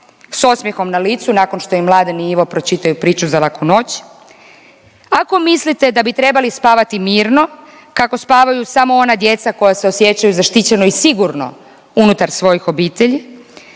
s osmijehom na licu nakon što im Mladin i Ivo pročitaju priču za laku noć, ako mislite da bi trebali spavati mirno kako spavaju samo ona djeca koja se osjećaju zaštićeno i sigurno unutar svojih obitelji,